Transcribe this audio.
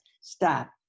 Stop